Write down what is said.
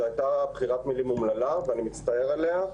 זו הייתה בחירת מילים אומללה ואני מצטער עליה.